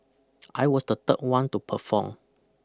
I was the third one to perform